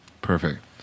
Perfect